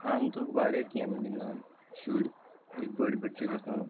عام طور وارِیاہ گیٚمہٕ گِنٛدان شُرۍ ییٚلہِ بٔڈۍ بٔڈۍ چھِ گَژھان